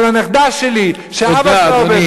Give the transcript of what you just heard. אבל הנכדה שלי, תודה, אדוני.